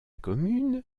commune